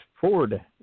Ford